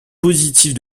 positive